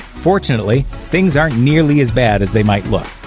fortunately, things aren't nearly as bad as they might look.